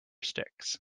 sticks